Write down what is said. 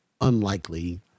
unlikely